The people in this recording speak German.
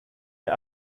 der